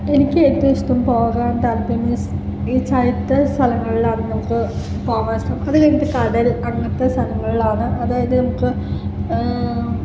എനിക്ക് ഏറ്റോം ഇഷ്ടം പോകാൻ താൽപ്പര്യം മീൻസ് ഈ ചരിത്ര സ്ഥലങ്ങളിലായിരുന്നു നമുക്ക് പോകാൻ അത് കഴിഞ്ഞിട്ട് കടൽ അങ്ങനത്തെ സ്ഥലങ്ങളിലാണ് അതായത് ഇപ്പം